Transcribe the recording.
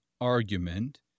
argument